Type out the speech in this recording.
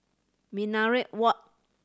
Minaret Walk